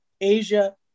Asia